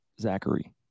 Zachary